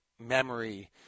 memory